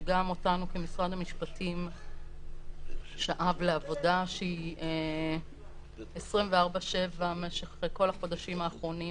שגם אותנו כמשרד המשפטים שאב לעבודה שהיא 24/7 משך כל החודשים האחרונים,